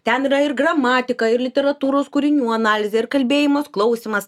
ten yra ir gramatika ir literatūros kūrinių analizė ir kalbėjimas klausymas